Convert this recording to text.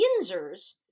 Yinzers